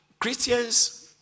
Christians